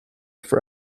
for